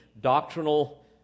doctrinal